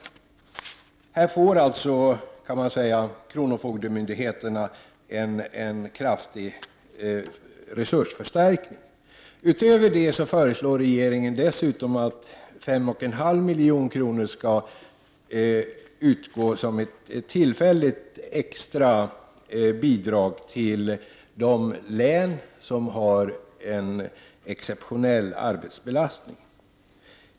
Man kan alltså säga att kronofogdemyndigheterna här får en kraftig resursförstärkning. Utöver detta föreslår regeringen att 5,5 milj.kr. skall utgå som ett tillfälligt extra bidrag till de län som har en exceptionell arbetsbelastning.